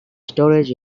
storage